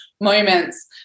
moments